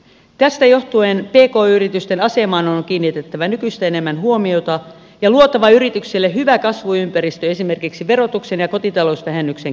tästä johtuen pk yritysten asemaan on kiinnitettävä nykyistä enemmän huomiota ja luotava yrityksille hyvä kasvuympäristö esimerkiksi verotuksen ja kotitalousvähennyksen keinoin